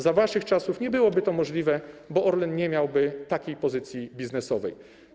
Za waszych czasów nie byłoby to możliwe, bo Orlen nie miałby takiej pozycji biznesowej.